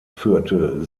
führte